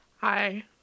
Hi